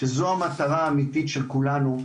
שזו המטרה האמיתית של כולנו,